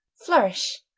flourish.